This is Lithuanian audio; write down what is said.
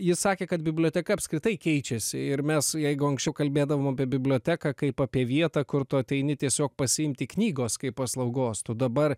ji sakė kad biblioteka apskritai keičiasi ir mes jeigu anksčiau kalbėdavom apie biblioteką kaip apie vietą kur tu ateini tiesiog pasiimti knygos kaip paslaugos tu dabar